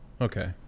Okay